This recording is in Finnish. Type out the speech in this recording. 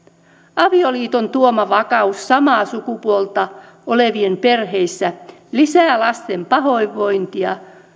avioliiton tuoma vakaus samaa sukupuolta olevien perheissä lisää lasten pahoinvointia